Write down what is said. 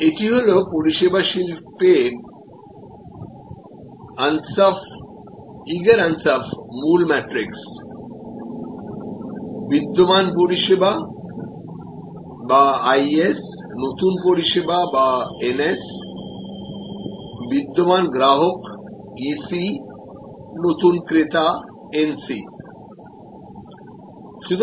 এটি হল পরিষেবা শিল্প আনসফ ইগর আনসফ মূল ম্যাট্রিক্স বিদ্যমান পরিষেবা আই এস নতুন পরিষেবার এন এস বিদ্যমান গ্রাহক নতুন ক্রেতাই সি এন সি বলেছেন